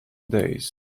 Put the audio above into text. days